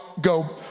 go